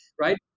right